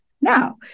Now